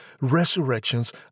resurrections